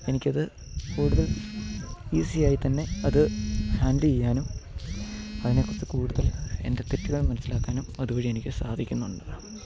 എനിക്കത് കൂടുതൽ ഈസിയായി തന്നെ അത് ഹാൻഡ് ചെയ്യാനും അതിനെക്കുറിച്ച് കൂടുതൽ എൻ്റെ തെറ്റുകൾ മനസ്സിലാക്കാനും അതുവഴി എനിക്ക് സാധിക്കുന്നുണ്ട്